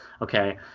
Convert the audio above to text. Okay